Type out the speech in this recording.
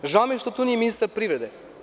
Žao mi je što tu nije ministar privrede.